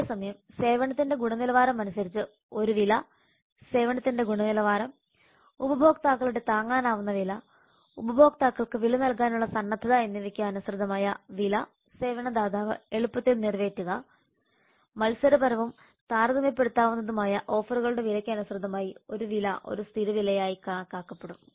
അതേസമയം സേവനത്തിന്റെ ഗുണനിലവാരം അനുസരിച്ച് ഒരു വില സേവനത്തിന്റെ ഗുണനിലവാരം ഉപഭോക്താക്കളുടെ താങ്ങാനാവുന്ന വില ഉപഭോക്താക്കൾക്ക് വില നൽകാനുള്ള സന്നദ്ധത എന്നിവയ്ക്ക് അനുസൃതമായ വില സേവന ദാതാവ് എളുപ്പത്തിൽ നിറവേറ്റുക മത്സരപരവും താരതമ്യപ്പെടുത്താവുന്നതുമായ ഓഫറുകളുടെ വിലയ്ക്ക് അനുസൃതമായി ഒരു വില ഒരു സ്ഥിര വിലയായി കാണപ്പെടും